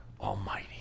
Almighty